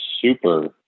super